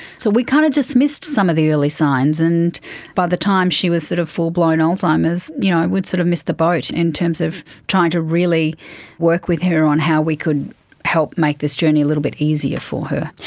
so we kind of dismissed some of the early signs. and by the time she was sort of full-blown alzheimer's you know and we had sort of missed the boat in terms of trying to really work with her on how we could help make this journey a little bit easier for her.